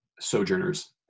sojourners